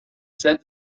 said